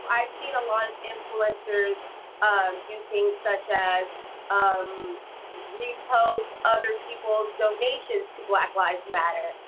i have seen a lot of influencers do things such as um repost other people's donations to black lives matter,